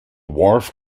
wharf